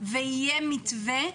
ויהיה מתווה.